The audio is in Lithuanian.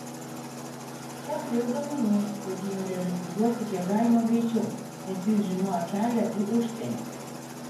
lukša turėjo duomenų kad jį norėjo likviduoti kiek galima greičiau nes jis žinojo kelią į užsienį